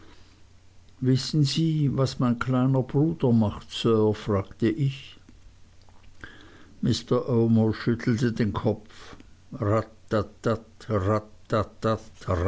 wissen sie was mein kleiner bruder macht sir fragte ich mr omer schüttelte den kopf